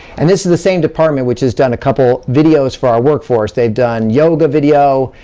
and this is the same department which has done a couple videos for our workforce. they've done yoga video,